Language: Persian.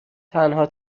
تنها